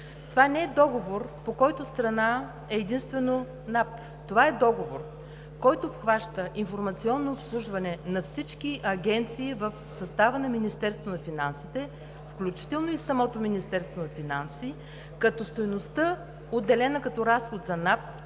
Това не е договор, по който страна е единствено НАП. Това е договор, който обхваща информационно обслужване на всички агенции в състава на Министерството на финансите, включително и самото Министерство на финансите, като стойността, отделена като разход за НАП,